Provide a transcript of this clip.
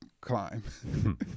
climb